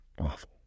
Awful